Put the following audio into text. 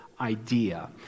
idea